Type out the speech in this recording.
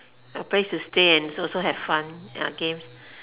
a place to stay and also have fun ya games